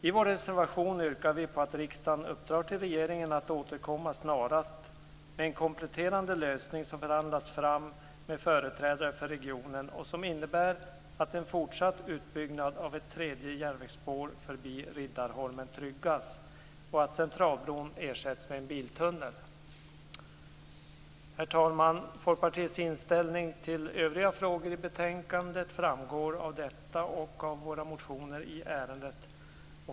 I vår reservation yrkar vi att riksdagen uppdrar åt regeringen att återkomma snarast med en kompletterande lösning som förhandlas fram med företrädare för regionen och som innebär att en fortsatt utbyggnad av ett tredje järnvägsspår förbi Riddarholmen tryggas och att Centralbron ersätts med en biltunnel. Herr talman! Folkpartiets inställning till övriga frågor i betänkandet framgår av detta och av våra motioner i ärendet.